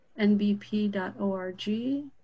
nbp.org